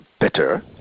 better